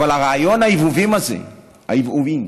אבל רעיון העוועווים הזה, עוועים.